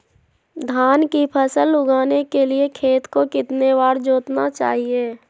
धान की फसल उगाने के लिए खेत को कितने बार जोतना चाइए?